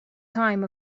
time